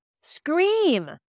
Scream